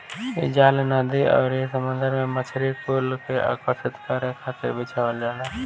इ जाल नदी अउरी समुंदर में मछरी कुल के आकर्षित करे खातिर बिछावल जाला